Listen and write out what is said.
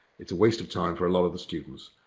it's a waste of time for a lot of the students.